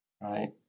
right